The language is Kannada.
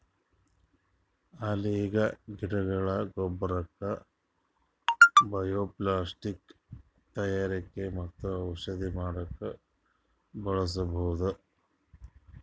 ಅಲ್ಗೆ ಗಿಡಗೊಳ್ನ ಗೊಬ್ಬರಕ್ಕ್ ಬಯೊಪ್ಲಾಸ್ಟಿಕ್ ತಯಾರಕ್ಕ್ ಮತ್ತ್ ಔಷಧಿ ಮಾಡಕ್ಕ್ ಬಳಸ್ಬಹುದ್